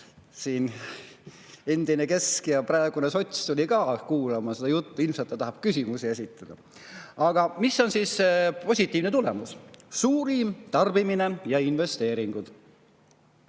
Endine kesk ja praegune sots tuli ka siia kuulama seda juttu, ilmselt ta tahab küsimusi esitada. Aga mis on siis positiivne tulemus? Suurem tarbimine ja [rohkem] investeeringuid.